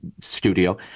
studio